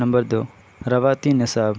number دو روایتی نصاب